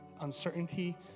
uncertainty